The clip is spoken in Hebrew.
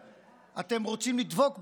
אתם רוצים לדבוק בשיטה הזו,